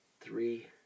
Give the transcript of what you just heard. three